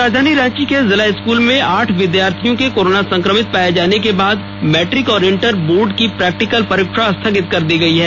राजधानी रांची के जिला स्कूल में आठ विद्यार्थियों के कोरोना संक्रमित पाए जाने के बाद मैट्रिक और इंटर बोर्ड की प्रैक्टिकल परीक्षा स्थगित कर दी गई है